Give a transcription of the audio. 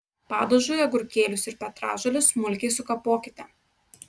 padažui agurkėlius ir petražoles smulkiai sukapokite